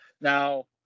now